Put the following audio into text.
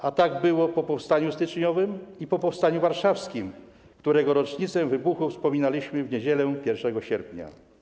A tak było po powstaniu styczniowym i po powstaniu warszawskim, którego rocznicę wybuchu wspominaliśmy w niedzielę 1 sierpnia.